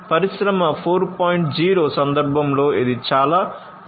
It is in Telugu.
0 సందర్భంలో ఇది చాలా ముఖ్యం